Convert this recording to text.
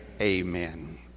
Amen